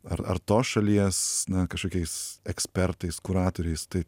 ar ar tos šalies na kažkokiais ekspertais kuratoriais tai